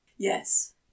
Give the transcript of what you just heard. Yes